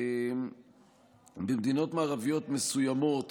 במדינות מערביות מסוימות